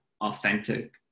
authentic